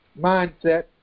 Mindset